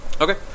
Okay